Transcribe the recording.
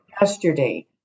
yesterday